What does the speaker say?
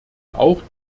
auch